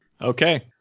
Okay